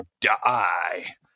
die